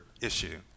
issue